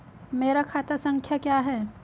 मेरा खाता संख्या क्या है?